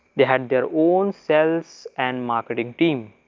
they had their own sells and marketing team